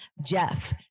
Jeff